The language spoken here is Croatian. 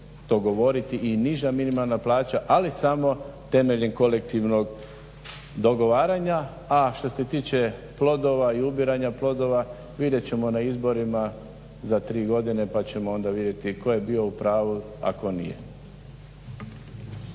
i niža minimalna plaća ali samo na temelju kolektivnog dogovaranja. A što se tiče plodova i ubiranja plodova vidjet ćemo na izborima za tri godine pa ćemo onda vidjeti tko je bio u pravu a tko nije.